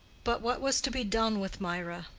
but what was to be done with mirah?